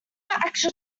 actual